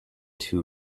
two